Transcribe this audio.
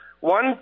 one